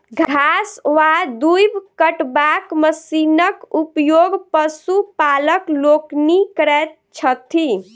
घास वा दूइब कटबाक मशीनक उपयोग पशुपालक लोकनि करैत छथि